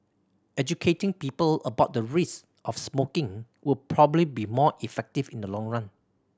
educating people about the risks of smoking would probably be more effective in the long run